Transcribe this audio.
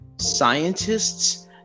Scientists